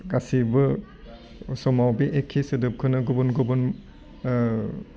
गासिबो समाव बे एखे सोदोबखौनो गुबुन गुबुन